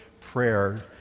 Prayer